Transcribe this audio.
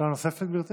שאלה נוספת, גברתי?